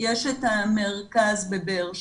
יש את המרכז בבאר שבע,